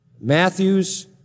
Matthew's